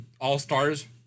All-Stars